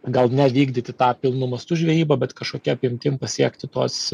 gal nevykdyti tą pilnu mastu žvejyba bet kažkokia apimtim pasiekti tuos